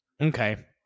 Okay